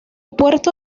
puerto